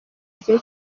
gihe